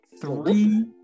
three